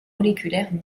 moléculaires